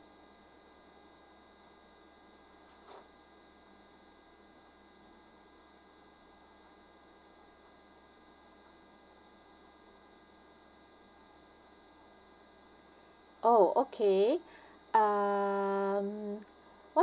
oh okay um what